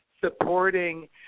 supporting